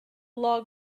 log